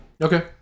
okay